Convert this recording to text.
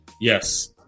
Yes